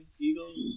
eagles